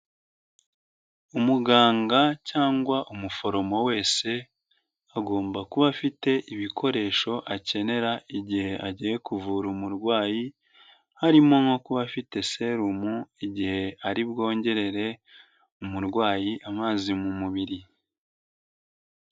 Umuganga cyangwa umuforomo wese agomba kuba afite ibikoresho akenera igihe agiye kuvura umurwayi, harimo nko kuba afite serumu igihe ari bwongerere umurwayi amazi mu mubiri.